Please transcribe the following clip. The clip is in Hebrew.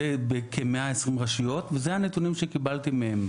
בכ-120 רשויות, ואלה הנתונים שקיבלתי מהם.